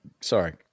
sorry